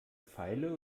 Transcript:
feile